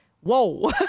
whoa